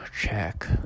check